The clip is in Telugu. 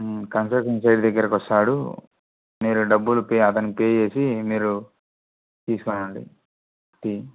కస్ట్రక్షన్ సైట్ దగ్గరకి వస్తాడు మీరు డబ్బులు పే అతనికి పే చేసి మీరు తీసుకోండి